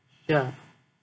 ya